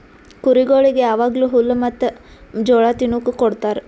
ಕುರಿಗೊಳಿಗ್ ಯಾವಾಗ್ಲೂ ಹುಲ್ಲ ಮತ್ತ್ ಜೋಳ ತಿನುಕ್ ಕೊಡ್ತಾರ